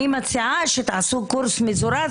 אני מציעה שתעשו קורס מזורז,